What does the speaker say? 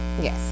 yes